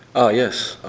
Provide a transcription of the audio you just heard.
ah yes.